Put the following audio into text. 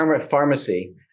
pharmacy